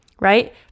right